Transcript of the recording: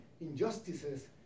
injustices